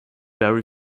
wary